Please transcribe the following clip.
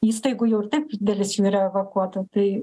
įstaigų jau ir taip dalis jų yra evakuota tai